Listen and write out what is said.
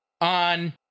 on